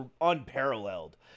unparalleled